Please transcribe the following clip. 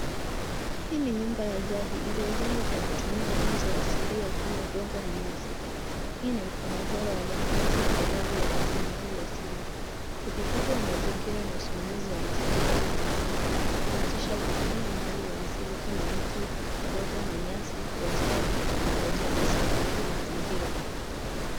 Hii ni nyumba ya jadi iliyojengwa kwa kutumia nyenzo asilia kama udongo na nyasi. Hii ni mfano bora wa matumizi endelevu ya rasilimali asili. Uhifadhi wa mazingira na usimamizi wa rasilimali za asili huhusisha kutumia mali ya asili kama miti, udongo na nyasi kwa njia ya kiteknolojia isiyoharibu mazingira.